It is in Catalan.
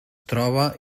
troba